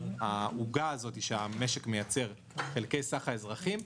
העוגה הזאת שהמשק מייצר חלקי סך האזרחים,